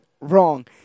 wrong